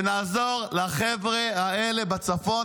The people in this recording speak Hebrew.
שנעזור לחבר'ה האלה בצפון,